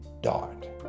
dart